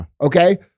Okay